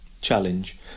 challenge